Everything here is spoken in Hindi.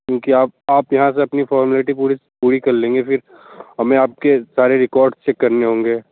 क्योंकि आप आप यहाँ से अपनी फौरमिलिटी पूरिस पूरी कर लेंगे फिर हमें आपके सारे रिकौर्ड चेक करने होंगे